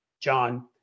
John